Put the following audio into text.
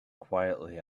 quietly